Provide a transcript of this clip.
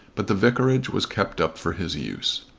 but the vicarage was kept up for his use.